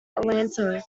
atlanta